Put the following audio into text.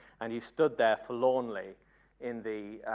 and he stood there forlornly in the